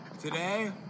Today